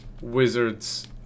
wizards